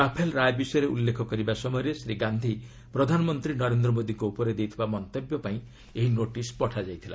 Rafale ରାୟ ବିଷୟରେ ଉଲ୍ଲେଖ କରିବା ସମୟରେ ଶ୍ରୀ ଗାନ୍ଧି ପ୍ରଧାନମନ୍ତ୍ରୀ ନରେନ୍ଦ୍ର ମୋଦିଙ୍କ ଉପରେ ଦେଇଥିବା ମନ୍ତବ୍ୟ ପାଇଁ ଏହି ନୋଟିସ୍ ପଠାଯାଇଥିଲା